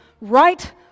Right